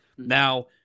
Now